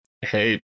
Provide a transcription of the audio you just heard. hey